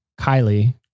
Kylie